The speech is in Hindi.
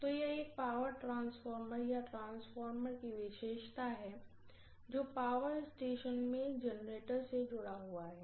तो यह एक पावर ट्रांसफार्मर या एक ट्रांसफार्मर की विशेषता है जो पावर स्टेशन में एक जनरेटर से जुड़ा हुआ है